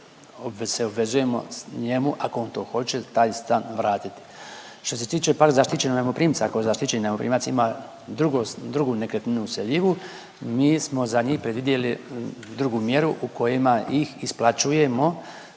se obvezujemo njemu ako on to hoće taj stan vratiti. Što se tiče pak zaštićenog najmoprimca, ako zaštićeni najmoprimac ima drugu nekretninu useljivu mi smo za njih predvidjeli drugu mjeru u kojima ih isplaćujemo